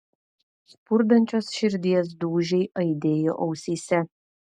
spurdančios širdies dūžiai aidėjo ausyse